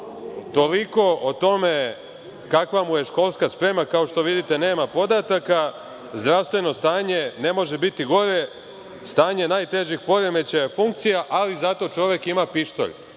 Toliko o tome kakva mu je školska sprema. Kao što vidite, nema podataka. Zdravstveno stanje ne može biti gore, stanje najtežih poremećaja funkcija, ali zato čovek ima pištolj. Molim